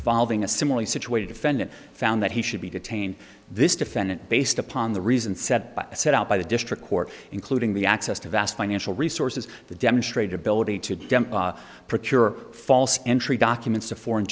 valving a similarly situated defendant found that he should be detained this defendant based upon the reason set by set out by the district court including the access to vast financial resources the demonstrated ability to do procure false entry documents to foreign